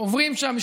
שעוברים שם,